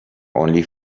only